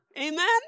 Amen